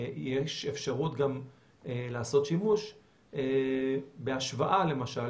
יש אפשרות גם לעשות שימוש בהשוואה למשל,